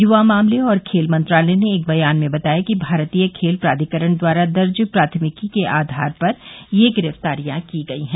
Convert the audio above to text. यूवा मामले और खेल मंत्रालय ने एक बयान में बताया कि भारतीय खेल प्राधिकरण द्वारा दर्ज प्राथमिकी के आधार पर ये गिरफ्तारियां की गई हैं